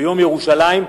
ביום ירושלים,